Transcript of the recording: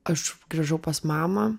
aš grįžau pas mamą